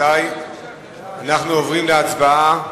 נא להצביע.